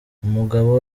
umugabo